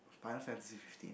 Final-Fantasy-Fifteen